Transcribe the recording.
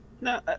no